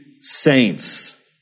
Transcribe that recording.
saints